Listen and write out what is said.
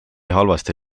halvasti